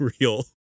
real